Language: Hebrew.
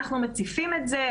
אנחנו מציפים את זה.